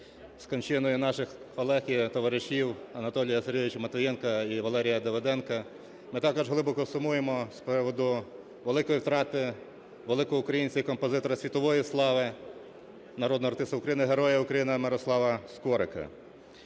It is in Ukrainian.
з кончиною наших колег і товаришів Анатолія Сергійовича Матвієнка і Валерія Давиденка. Ми також глибоко сумуємо з приводу великої втрати великого українця і композитора світової слави, народного артиста України, Героя України Мирослава Скорика.